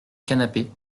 canapé